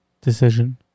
decision